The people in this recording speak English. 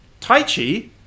Taichi